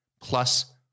plus